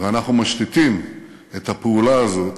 ואנחנו משתיתים את הפעולה הזאת